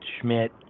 Schmidt